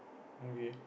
okay